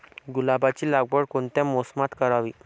गुलाबाची लागवड कोणत्या मोसमात करावी?